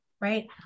right